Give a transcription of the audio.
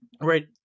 right